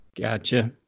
Gotcha